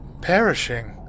perishing